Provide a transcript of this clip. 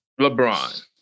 LeBron